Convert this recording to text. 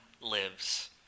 lives